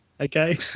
Okay